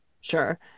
Sure